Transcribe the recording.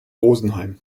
rosenheim